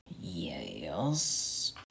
Yes